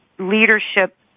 leadership